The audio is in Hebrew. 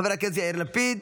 חבר הכנסת יאיר לפיד,